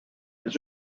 his